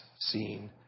seen